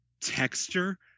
texture